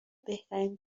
بهترین